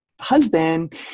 Husband